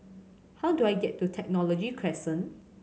how do I get to Technology Crescent